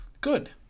good